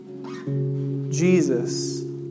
Jesus